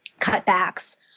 cutbacks